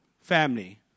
family